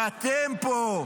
ואתם פה: